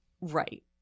Right